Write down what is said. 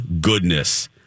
goodness